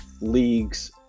leagues